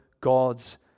God's